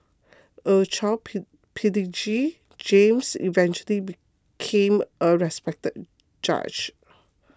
a child prodigy James eventually became a respected judge